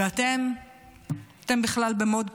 ואתם בכלל ב-mode פגרה.